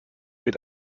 mit